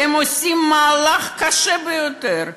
והם עושים מהלך קשה ביותר,